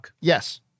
Yes